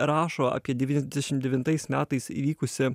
rašo apie devyniasdešim devintais metais įvykusį